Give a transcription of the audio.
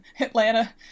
Atlanta